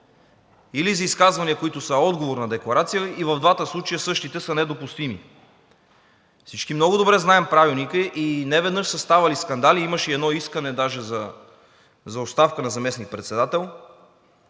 или за изказвания, които са отговор на декларация. И в двата случая същите са недопустими. Всички много добре знаем Правилника и неведнъж са ставали скандали, имаше и едно искане даже за оставка на заместник-председател